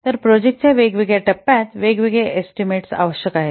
तर प्रोजेक्टाच्या वेगवेगळ्या टप्प्यांत वेगवेगळे एस्टीमेट आवश्यक आहेत